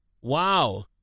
Wow